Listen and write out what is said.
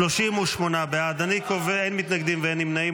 38 בעד, אין מתנגדים ואין נמנעים.